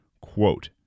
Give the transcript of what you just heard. Quote